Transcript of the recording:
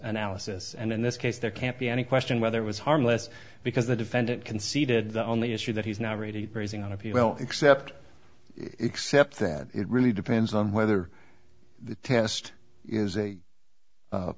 analysis and in this case there can't be any question whether it was harmless because the defendant conceded the only issue that he's not ready raising on appeal well except except that it really depends on whether the test is a